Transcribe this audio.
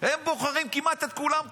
הם בוחרים כמעט את כולם ככה.